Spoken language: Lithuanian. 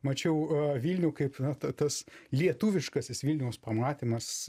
mačiau a vilnių kaip ta tas lietuviškasis vilniaus pamatymas